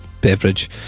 beverage